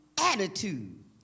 attitude